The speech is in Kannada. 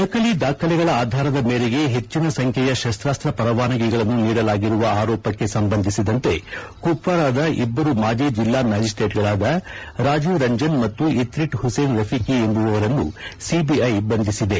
ನಕಲಿ ದಾಖಲೆಗಳ ಆಧಾರದ ಮೇರೆಗೆ ಹೆಚ್ಚಿನ ಸಂಖ್ಯೆಯ ಶಸ್ತ್ರಾಸ್ತ್ರ ಪರವಾನಗಿಗಳನ್ನು ನೀಡಲಾಗಿರುವ ಆರೋಪಕ್ಕೆ ಸಂಬಂಧಿಸಿದಂತೆ ಕುಪ್ವಾರಾದ ಇಬ್ಬರು ಮಾಜಿ ಜಿಲ್ಲಾ ಮ್ಯಾಜಿಸ್ಟ್ರೇಟ್ಗಳಾದ ರಾಜಿವ್ ರಂಜನ್ ಮತ್ತು ಇತ್ರಿಟ್ ಹುಸೇನ್ ರಫಿಕಿ ಎಂಬುವವರನ್ನು ಸಿಬಿಐ ಬಂಧಿಸಿದೆ